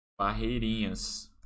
Barreirinhas